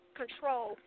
control